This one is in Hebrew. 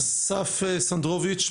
אסף סנדרוביץ',